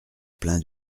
plein